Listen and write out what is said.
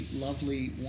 lovely